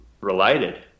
related